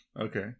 Okay